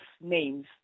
names